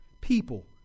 people